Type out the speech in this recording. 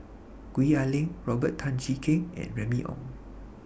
Gwee Ah Leng Robert Tan Jee Keng and Remy Ong